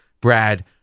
Brad